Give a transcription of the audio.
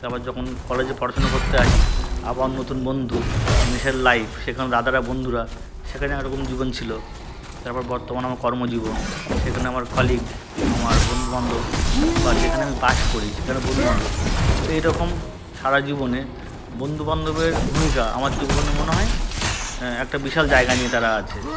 তারপর যখন কলেজে পড়াশোনা করতে আসি আবার নতুন বন্ধু মেসের লাইফ সেখানে দাদারা বন্ধুরা সেখানে একরকম জীবন ছিল তারপর বর্তমান আমার কর্মজীবন সেখানে আমার কলিগ আমার বন্ধুবান্ধব বা যেখানে আমি বাস করি সেখানে বন্ধুবান্ধব তো এই রকম সারা জীবনে বন্ধুবান্ধবের ভূমিকা আমার জীবনে মনে হয় একটা বিশাল জায়গা নিয়ে তারা আছে